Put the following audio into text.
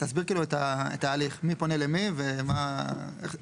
תסביר כאילו את ההליך, מי פונה למי ואיך זה עובד.